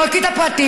להוציא את הפרטי,